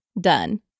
done